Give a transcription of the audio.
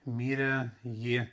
mirė jį